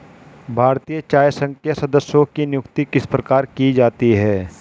भारतीय चाय संघ के सदस्यों की नियुक्ति किस प्रकार की जाती है?